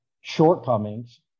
shortcomings